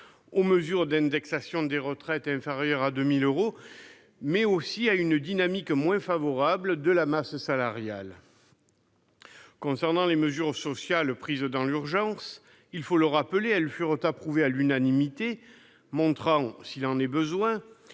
aux mesures d'indexation des retraites inférieures à 2 000 euros, mais aussi à une dynamique moins favorable de la masse salariale. Rappelons que les mesures sociales, prises dans l'urgence, furent approuvées à l'unanimité, montrant, s'il en est besoin,